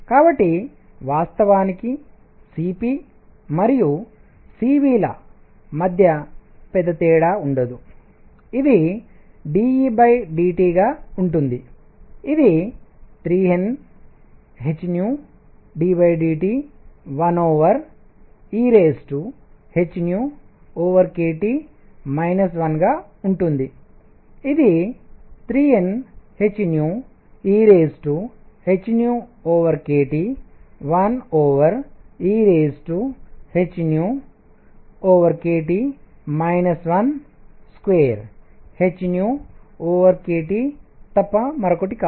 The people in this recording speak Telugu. కాబట్టి వాస్తవానికి Cp మరియు Cv ల మధ్య పెద్ద తేడా ఉండదు ఇదిdEdTగా ఉంటుంది ఇది 3NhddT1ehkT 1గా ఉంటుంది ఇది 3NhehkT1ehkT 12hkTతప్ప మరొకటి కాదు